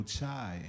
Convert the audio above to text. Chai